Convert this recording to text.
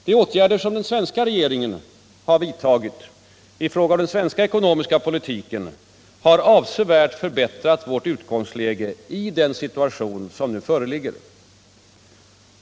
De åtgärder som den svenska regeringen vidtagit i fråga om den svenska ekonomiska politiken har avsevärt förbättrat vårt utgångsläge i den situation som nu föreligger.